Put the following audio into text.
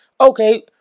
Okay